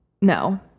No